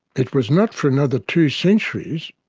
it was not for another two centuries,